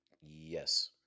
Yes